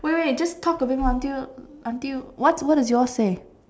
wait wait just talk a bit more until until what what does yours say